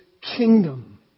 kingdom